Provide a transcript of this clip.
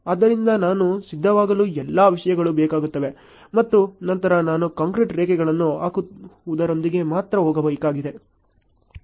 ಆದ್ದರಿಂದ ನಾನು ಸಿದ್ಧವಾಗಲು ಎಲ್ಲಾ ವಿಷಯಗಳು ಬೇಕಾಗುತ್ತವೆ ಮತ್ತು ನಂತರ ನಾನು ಕಾಂಕ್ರೀಟ್ ರೇಖೆಗಳನ್ನು ಹಾಕುವುದರೊಂದಿಗೆ ಮಾತ್ರ ಹೋಗಬೇಕಾಗಿದೆ